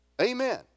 Amen